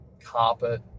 carpet